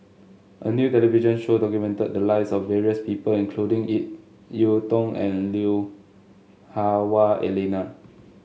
a new television show documented the lives of various people including Ip Yiu Tung and Lui Hah Wah Elena